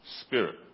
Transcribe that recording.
Spirit